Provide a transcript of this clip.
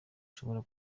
ushobora